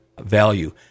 value